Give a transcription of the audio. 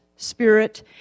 spirit